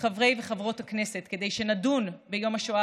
חברי וחברות הכנסת כדי שנדון ביום השואה